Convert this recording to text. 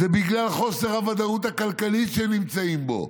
זה בגלל חוסר הוודאות הכלכלית שהם נמצאים בו.